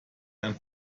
ein